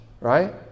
right